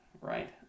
right